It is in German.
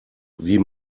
wie